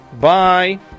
Bye